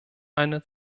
eine